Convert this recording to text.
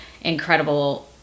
incredible